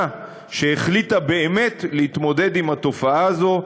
שהחליטה באמת להתמודד עם התופעה הזאת,